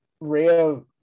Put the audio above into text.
real